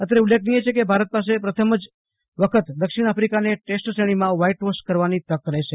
અત્રે ઉલ્લેખનીય છે કે ભારત પાસે પ્રથમ જ વખત દક્ષીણ આફ્રિકાને ટેસ્ટ શ્રેણીમાં વ્હાઈટ વોશ કરવાની તક રહેશે